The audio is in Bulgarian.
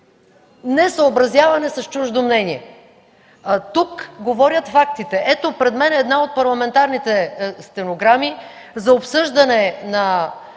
несъобразяване с чуждо мнение. Тук говорят фактите. Ето, пред мен е една от парламентарните стенограми за обсъждане на